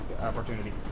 opportunity